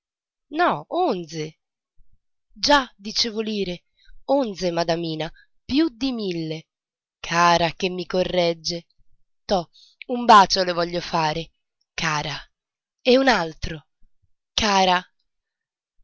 no onze già dicevo lire onze madamina più di mille cara che mi corregge tò un bacio le voglio fare cara e un altro cara